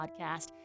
podcast